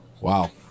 wow